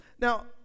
Now